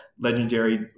Legendary